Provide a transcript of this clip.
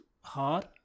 hard